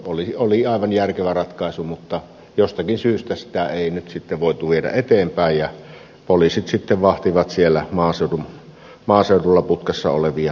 se oli aivan järkevä ratkaisu mutta jostakin syystä sitä ei nyt sitten voitu viedä eteenpäin ja poliisit sitten vahtivat siellä maaseudulla putkassa olevia henkilöitä